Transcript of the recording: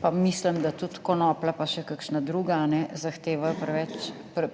pa mislim, da tudi konoplja, pa še kakšna druga, zahtevajo precej